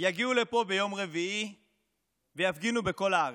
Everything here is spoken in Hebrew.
יגיעו לפה ביום רביעי ויפגינו בכל הארץ.